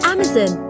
Amazon